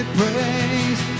praise